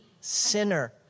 sinner